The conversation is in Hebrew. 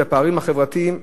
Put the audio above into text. בפערים החברתיים,